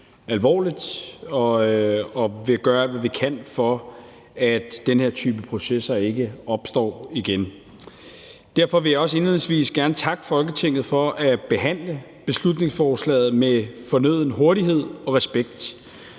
alvorligt, og vi vil gøre alt, hvad vi kan, for at den her type processer ikke opstår igen. Derfor vil jeg også gerne indledningsvis takke Folketinget for at behandle beslutningsforslaget med fornøden hurtighed og respekt.